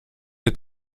est